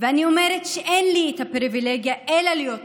ואני אומרת שאין לי את הפריבילגיה אלא להיות אופטימית.